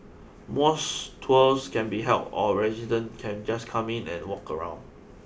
mosque tours can be held or resident can just come in and walk around